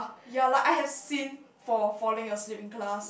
ya like I had seen for falling a sleep in class